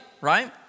right